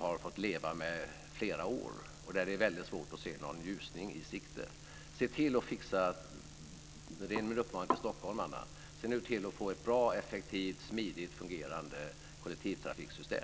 har fått leva med i flera år, och där det är väldigt svårt att se någon ljusning. Det är en uppmaning till stockholmarna: Se nu till att få ett bra, effektivt och smidigt fungerande kollektivtrafiksystem.